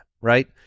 right